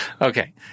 Okay